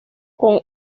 con